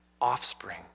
offspring